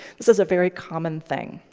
this is a very common thing.